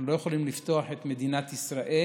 אנחנו לא יכולים לפתוח את מדינת ישראל.